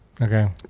okay